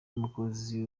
mukozi